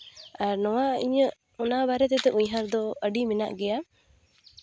ᱟᱨ ᱱᱚᱣᱟ ᱤᱧᱟᱹᱜ ᱚᱱᱟ ᱵᱟᱨᱮ ᱛᱮᱫᱚ ᱩᱭᱦᱟᱹᱨ ᱫᱚ ᱟᱹᱰᱤ ᱢᱮᱱᱟᱜ ᱜᱮᱭᱟ